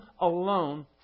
alone